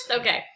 Okay